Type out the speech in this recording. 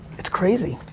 it's crazy.